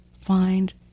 find